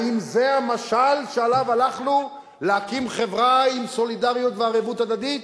האם זה המשל שעליו הלכנו להקים חברה עם סולידריות וערבות הדדית?